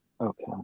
Okay